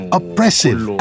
oppressive